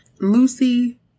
Lucy